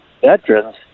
veterans